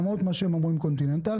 למרות מה שהם אומרים על continental.